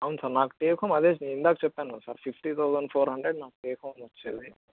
అవును సార్ నాకు take home అదే సార్ ఇందాక చెప్పాను కదా sir fifty thousand four hundred నాకు టెక్ హోమ్ వచ్చేది